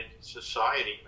society